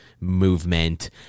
movement